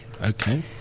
Okay